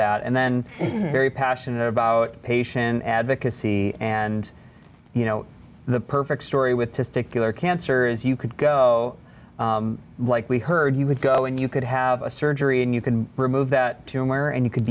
that and then very passionate about patient advocacy and you know the perfect story with testicular cancer is you could go like we heard you would go and you could have a surgery and you can remove that tumor and you could